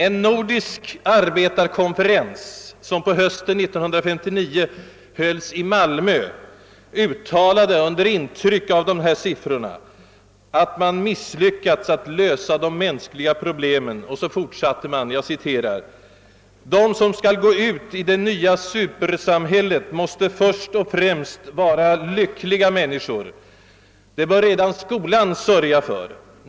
En nordisk arbetarkonferens som på hösten 1959 hölls i Malmö uttalade under intryck av dessa siffror, att man misslyckats med att lösa de mänskliga problemen och fortsatte: »De som skall gå ut i det nya supersamhället måste först och främst vara lyckliga människor. Det bör redan skolan sörja för.